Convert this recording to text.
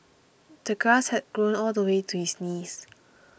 the grass had grown all the way to his knees